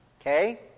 Okay